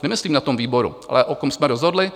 Nemyslím na tom výboru, ale o kom jsme rozhodli?